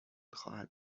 خواهد